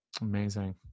Amazing